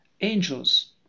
angels